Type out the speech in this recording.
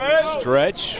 Stretch